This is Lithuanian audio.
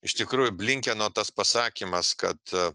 iš tikrųjų blinkeno tas pasakymas kad